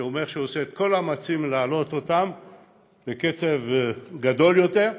שאומר שהוא עושה את כל המאמצים להעלות אותם בקצב גדול יותר,